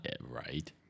Right